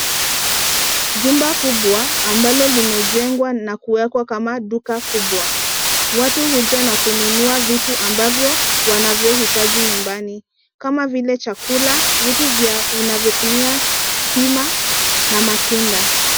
Jumba kubwa ambalo limejengwa na kuwekwa kama duka kubwa. Watu huja na kununua vitu ambavyo wanavyohitaji nyumbani kama vile chakula, vitu vinavyotumia stima na matunda.